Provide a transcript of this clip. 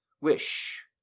wish